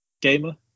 Gamer